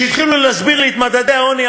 כשהתחילו להסביר לי את מדדי העוני,